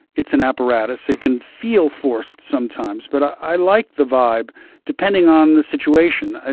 it's an apparatus. it can feel forced sometimes. but i like the vibe depending on the situation.